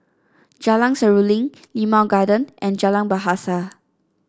Jalan Seruling Limau Garden and Jalan Bahasa